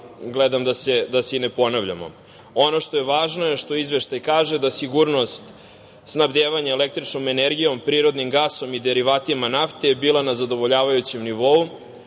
gledam da se i ne ponavljamo. Ono što je važno i što izveštaj kaže da sigurnost snabdevanja električnom energijom, prirodnim gasom i derivatima nafte je bila na zadovoljavajućem nivou.